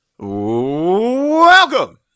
Welcome